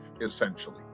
essentially